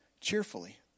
cheerfully